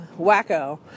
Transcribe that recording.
wacko